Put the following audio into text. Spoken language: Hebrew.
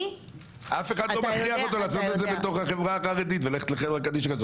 אף אחד לא מכריח אותו לעשות את זה בתוך החברה החרדית וללכת לחברה קדישא.